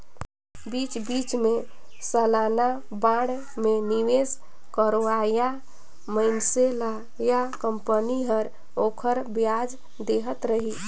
बीच बीच मे सलाना बांड मे निवेस करोइया मइनसे ल या कंपनी हर ओखर बियाज देहत रही